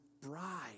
bride